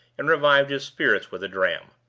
and revived his spirits with a dram.